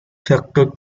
factor